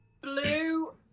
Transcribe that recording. Blue